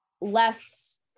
less